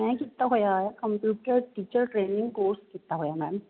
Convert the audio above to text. ਮੈਂ ਕੀਤਾ ਹੋਇਆ ਕੰਪਿਊਟਰ ਟੀਚਰ ਟਰੇਨਿੰਗ ਕੋਰਸ ਕੀਤਾ ਹੋਇਆ ਮੈਮ